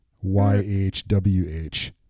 Y-H-W-H